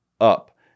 up